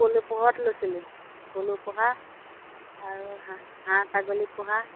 পলু পোহত লৈছিলোঁ পলু পোহা আৰু হাঁহ হাঁহ ছাগলী পোহা